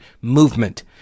movement